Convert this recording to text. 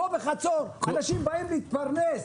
פה בחצור אנשים באים להתפרנס.